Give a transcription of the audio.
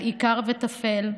על עיקר וטפל,